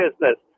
business